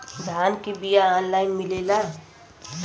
धान के बिया ऑनलाइन मिलेला?